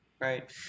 Right